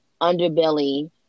underbelly